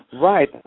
Right